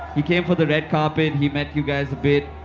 he came for the red carpet. he met you guys a bit.